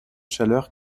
chaleur